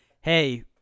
hey